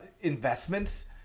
investments